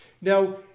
Now